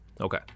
Okay